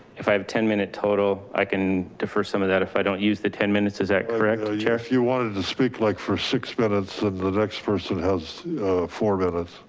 if i have ten minutes total, i can defer some of that, if i don't use the ten minutes, is that correct chair? if you wanted to speak like for six minutes and the next person has four minutes.